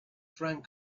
frank